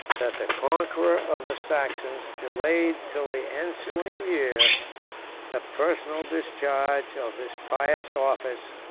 that the conqueror of the saxons delayed till the ensuing year the personal discharge of this pious office.